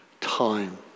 time